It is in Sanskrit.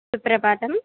सुप्रभातं